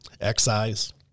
Excise